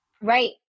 Right